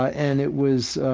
and it was,